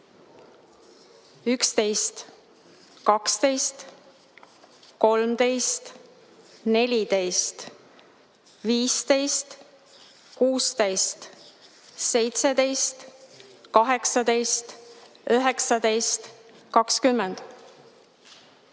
11, 12, 13, 14, 15, 16, 17, 18, 19, 20.